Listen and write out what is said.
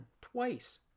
twice